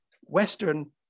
Western